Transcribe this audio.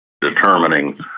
determining